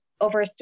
over